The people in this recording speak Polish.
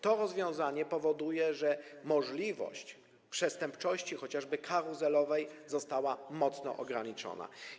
To rozwiązanie powoduje, że możliwość przestępczości chociażby karuzelowej została mocno ograniczona.